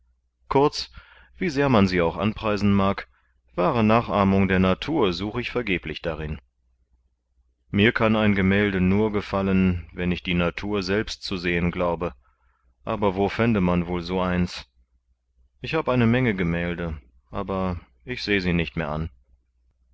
kurz wie sehr man sie auch anpreisen mag wahre nachahmung der natur such ich vergeblich darin mir kann ein gemälde nur gefallen wen ich die natur selbst zu sehen glaube aber wo fände man wohl so eins ich hab eine menge gemälde aber ich sehe sie nicht mehr an